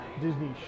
Disney